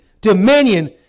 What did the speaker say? dominion